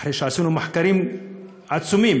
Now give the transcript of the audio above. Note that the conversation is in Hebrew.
אחרי שעשינו מחקרים עצומים.